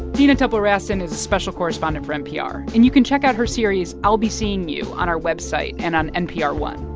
dina temple-raston is a special correspondent for npr. and you can check out her series i'll be seeing you on our website and on npr one